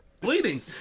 Bleeding